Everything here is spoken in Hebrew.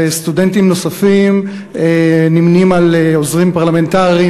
וסטודנטים נוספים נמנים עם העוזרים הפרלמנטריים